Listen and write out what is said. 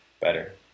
better